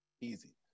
Easy